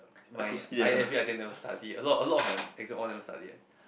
my i_f_a I think I never study a lot a lot of my exam all never study